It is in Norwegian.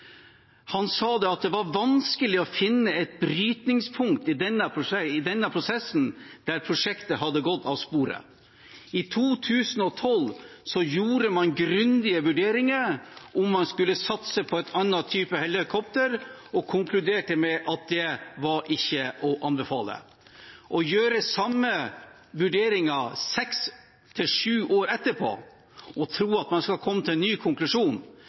Han sa at det var vanskelig å finne et brytningspunkt i denne prosessen der prosjektet hadde gått av sporet. I 2012 gjorde man grundige vurderinger av om man skulle satse på en annen type helikopter, men konkluderte med at det ikke var å anbefale. Å gjøre samme vurderingen seks–sju år etterpå og tro at man skal komme til en ny konklusjon,